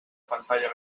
pantalla